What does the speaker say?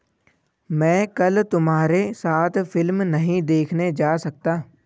मैं कल तुम्हारे साथ फिल्म नहीं देखने जा सकता